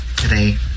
today